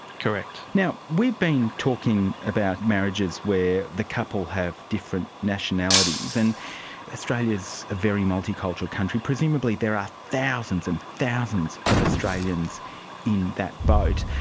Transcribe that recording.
correct. we've been talking about marriages where the couple have different nationalities. and australia is a very multicultural country, presumably there are thousands and thousands of australians in that boat.